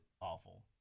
Awful